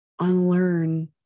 unlearn